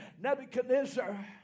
Nebuchadnezzar